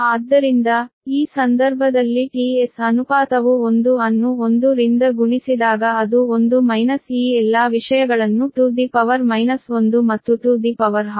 ಆದ್ದರಿಂದ ಈ ಸಂದರ್ಭದಲ್ಲಿ tS ಅನುಪಾತವು 1 ಅನ್ನು 1 ರಿಂದ ಗುಣಿಸಿದಾಗ ಅದು 1 ಮೈನಸ್ ಈ ಎಲ್ಲಾ ವಿಷಯಗಳನ್ನು ಟು ದಿ ಪವರ್ ಮೈನಸ್ 1 ಮತ್ತು ಟು ದಿ ಪವರ್ ಹಾಫ್